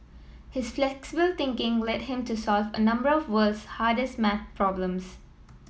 his flexible thinking led him to solve a number of world's hardest maths problems